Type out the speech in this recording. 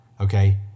okay